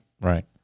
Right